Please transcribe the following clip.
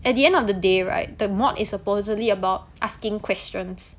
at the end of the day right the mod is supposedly about asking questions